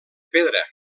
pedra